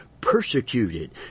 persecuted